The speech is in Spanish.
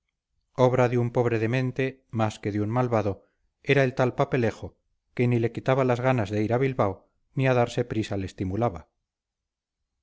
obra de un pobre demente más que de un malvado era el tal papelejo que ni le quitaba las ganas de ir a bilbo ni a darse prisa le estimulaba